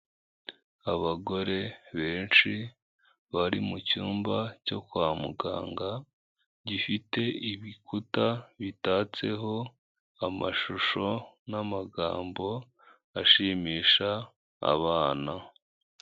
Abagore benshi bari mu cyumba cyo kwa muganga; gifite ibikuta bitatseho amashusho n'amagambo ashimisha abana.